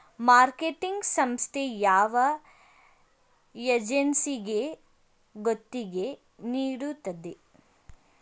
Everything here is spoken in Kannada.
ಮಾರ್ಕೆಟಿಂಗ್ ಸಂಸ್ಥೆ ಯಾವ ಏಜೆನ್ಸಿಗೆ ಗುತ್ತಿಗೆ ನೀಡುತ್ತದೆ?